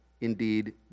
indeed